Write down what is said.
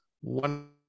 one